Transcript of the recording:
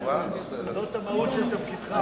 זאת המהות של תפקידך.